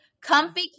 comfy